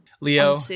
Leo